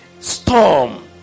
storm